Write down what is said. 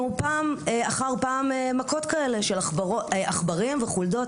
פעם אחר פעם מכות כאלה של עכברים וחולדות,